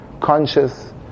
conscious